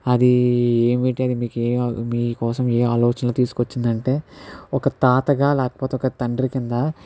అది ఏమిటి అది మీకే మీకోసం ఏ ఆలోచనలు తీసుకు వచ్చింది అంటే ఒక తాతగా లేకపోతే ఒక తండ్రి కింద